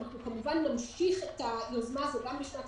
אנחנו כמובן נמשיך את היוזמה הזאת גם בשנת